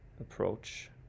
approach